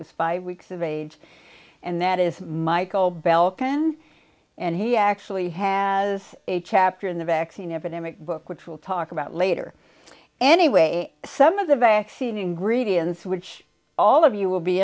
was five weeks of age and that is michael belkin and he actually has a chapter in the vaccine epidemic book which will talk about later anyway some of the vaccine ingredients which all of you will be